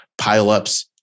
pileups